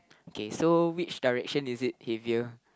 okay so which direction is it heavier